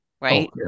right